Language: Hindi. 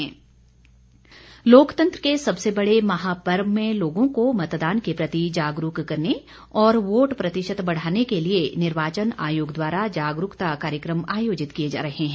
स्वीप लोकतंत्र के सबसे बड़े महापर्व में लोगों को मतदान के प्रति जागरूक करने और वोट प्रतिशत बढ़ाने के लिए निर्वाचन आयोग द्वारा जागरूकता कार्यक्रम आयोजित किए जा रहे हैं